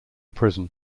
prison